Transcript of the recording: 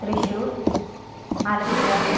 Thrissur Alappuzha